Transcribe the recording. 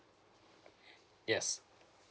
yes